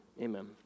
amen